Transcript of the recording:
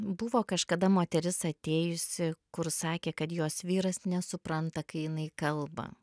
buvo kažkada moteris atėjusi kur sakė kad jos vyras nesupranta kai jinai kalba